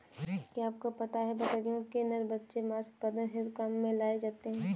क्या आपको पता है बकरियों के नर बच्चे मांस उत्पादन हेतु काम में लाए जाते है?